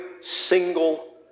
single